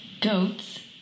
Goats